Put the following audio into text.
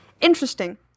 interesting